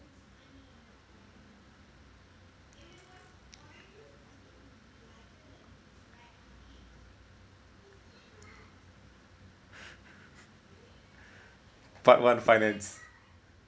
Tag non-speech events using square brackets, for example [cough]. [laughs] part one finance